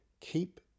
keep